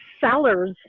seller's